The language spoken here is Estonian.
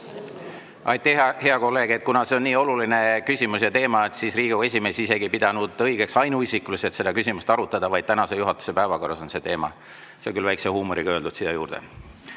Aitäh, hea kolleeg! Kuna see on nii oluline küsimus ja teema, siis Riigikogu esimees isegi ei pidanud õigeks ainuisikuliselt seda küsimust arutada, vaid tänase juhatuse [koosoleku] päevakorras on see sees. See on küll väikse huumoriga öeldud siia juurde.